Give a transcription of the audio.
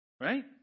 right